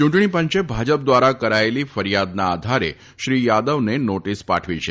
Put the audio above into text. ચૂંટણીપંચે ભાજપ દ્વારા કરાયેલી ફરિયાદના આધારે શ્રી યાદવને નોટીસ પાઠવી છે